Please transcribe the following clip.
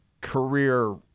career